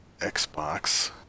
xbox